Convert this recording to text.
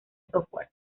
software